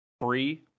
free